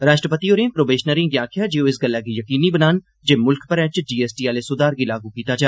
राष्ट्रपति होरें प्रोबेशनरें गी आखेआ जे ओह इस गल्लै गी यकीनी बनान जे मुल्ख भरै च जीएसटी आहले सुधार गी लागू कीता जा